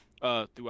throughout